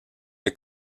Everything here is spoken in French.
est